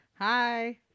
Hi